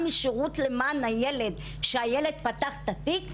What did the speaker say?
מהשירות למען הילד שהילד פתח את התיק,